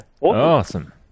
Awesome